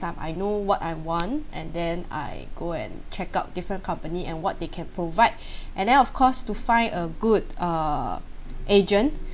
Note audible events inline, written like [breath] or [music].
time I know what I want and then I go and check out different company and what they can provide [breath] and then of course to find a good a agent [breath]